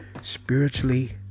spiritually